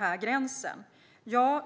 i hur gränsen ska dras.